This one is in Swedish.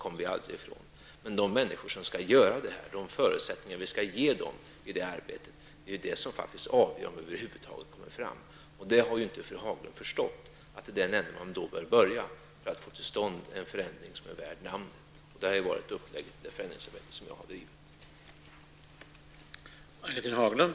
Men de förutsättningar som vi skall ge de människor som skall utföra detta är faktiskt avgörande för om vi över huvud taget når fram. Fru Haglund har inte förstått att man bör börja i den änden för att få till stånd en förändring som är värd namnet. Så har det förändringsarbete som jag har bedrivit varit upplagt.